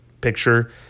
picture